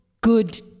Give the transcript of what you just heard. good